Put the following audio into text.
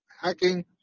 hacking